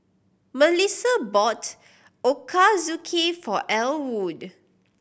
Mellissa bought Ochazuke for Elwood